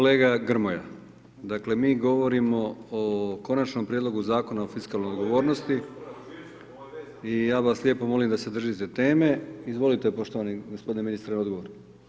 Dakle mi govorimo o Konačnom prijedlogu Zakona o fiskalnoj odgovornosti i ja vas lijepo molim da se držite teme, izvolite poštovani gospodine ministre odgovor.